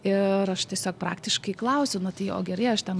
ir aš tiesiog praktiškai klausiu nu tai o gerai aš ten